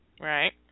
right